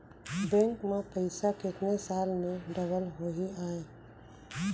Bank में पइसा कितने साल में डबल होही आय?